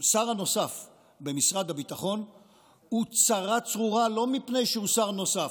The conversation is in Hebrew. השר הנוסף במשרד הביטחון הוא צרה צרורה לא מפני שהוא שר נוסף,